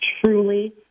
truly